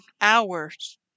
hours